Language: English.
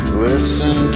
listen